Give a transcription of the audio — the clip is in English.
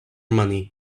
money